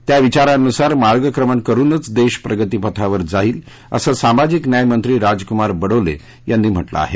त्या विचारांनुसार मार्गक्रमण करूनच देश प्रगतीपथावर जाईल असं सामाजिक न्याय मंत्री राजकुमार बडोले यांनी म्हटलं आहे